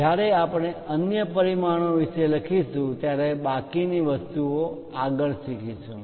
જ્યારે આપણે અન્ય પરિમાણો વિશે શીખીશું ત્યારે બાકીની વસ્તુઓ આપણે શીખીશું